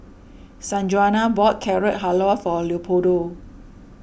Sanjuana bought Carrot Halwa for Leopoldo